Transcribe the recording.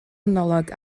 analog